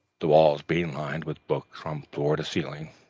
the walls being lined with books from floor to ceiling,